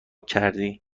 کردی